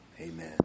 Amen